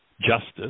justice